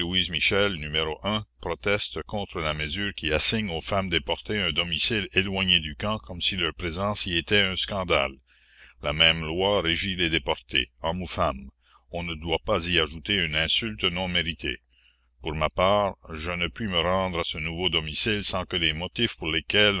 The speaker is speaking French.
n proteste contre la mesure qui assigne aux femmes déportées un domicile éloigné du camp comme si leur présence y était un scandale la même loi régit les déportés hommes ou femmes on ne doit pas y ajouter une insulte non méritée pour ma part je ne puis me rendre à ce nouveau domicile sans que les motifs pour lesquels